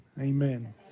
Amen